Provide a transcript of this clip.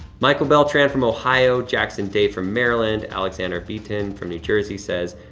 michael beltran from ohio, jackson dave from maryland. alexander beeton from new jersey says,